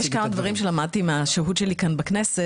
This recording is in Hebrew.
יש כמה דברים שלמדתי מהשהות שלי כאן בכנסת,